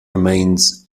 remains